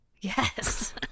Yes